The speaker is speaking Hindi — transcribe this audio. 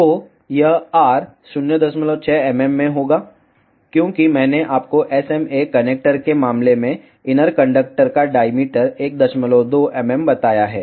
तो यह r 06 mm में होगा क्योंकि मैंने आपको SMA कनेक्टर के मामले में इनर कंडक्टर का डाईमीटर 12 mm बताया है